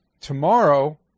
tomorrow